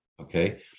Okay